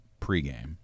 pregame